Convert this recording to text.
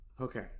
Okay